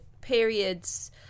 periods